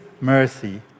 mercy